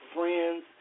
friends